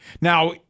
Now